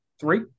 three